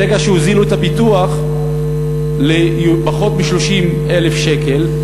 ברגע שהוזילו את הביטוח לפחות מ-30,000 שקל,